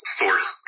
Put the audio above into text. source